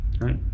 Right